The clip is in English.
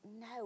no